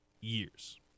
years